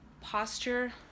posture